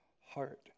heart